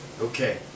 Okay